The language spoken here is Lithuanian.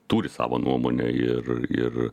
turi savo nuomonę ir ir